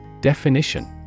Definition